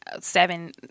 Seven